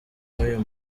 n’uyu